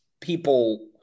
people